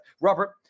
Robert